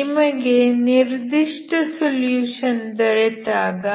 ನಿಮಗೆ ನಿರ್ದಿಷ್ಟ ಸೊಲ್ಯೂಷನ್ ದೊರೆತಾಗ